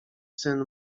syn